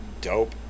dope